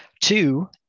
Two